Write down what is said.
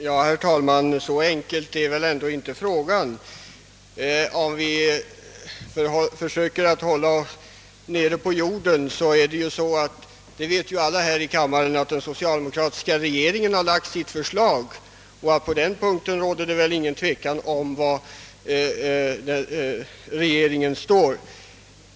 Herr talman! Så enkel är väl ändå inte frågan! Om vi försöker hålla oss nere på jor. den kan vi konstatera att den socialdemokratiska regeringen har lagt fram ett förslag. Det råder väl ingen tvekan om var regeringen står på den punkten.